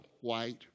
white